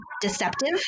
deceptive